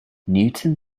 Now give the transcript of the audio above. newton